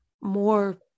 more